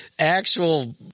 Actual